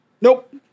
Nope